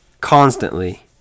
constantly